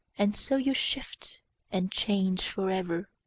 and so you shift and change for ever.